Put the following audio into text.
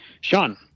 Sean